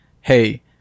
hey